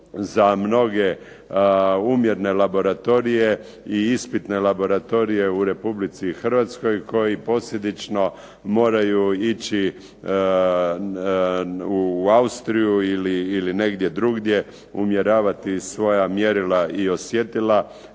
za mnoge umjerene laboratorije, i ispitne laboratorije u Republici Hrvatskoj, koji posljedično moraju ići u Austriju ili negdje drugdje usmjeravati svoja mjerila i osjetila,